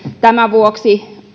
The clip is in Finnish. tämän vuoksi